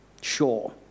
Sure